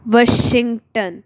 washing ton